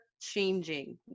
changing